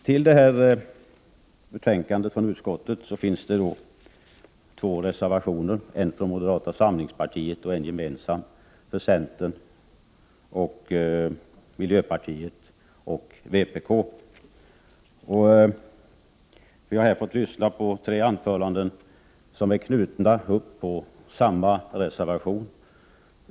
Till det här betänkandet har två reservationer fogats, en från moderaterna och en gemensam för centern, miljöpartiet och vpk. Vi har här fått höra tre anföranden som alla knyter an till samma reservation.